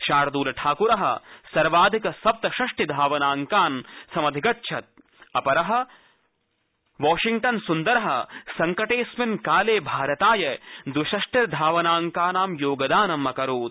शार्दलठाकुर सर्वाधिक सप्तषष्टिधावनाङ्कान् समधिगच्छत् अपर वॉशिङ्गटन सुन्दर संकटेऽस्मिन् काले भारताय द्विषष्टिधावनाङ्कानी योगदानमकरोत्